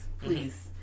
please